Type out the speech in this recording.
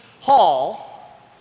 hall